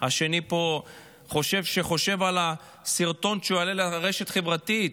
השני פה חושב על הסרטון שהוא יעלה לרשת החברתית.